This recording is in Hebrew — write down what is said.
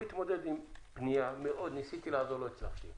הוא התמודד עם פנייה, ניסיתי לעזור, לא הצלחתי.